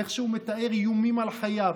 איך הוא מתאר איומים על חייו,